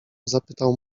zapytał